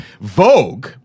Vogue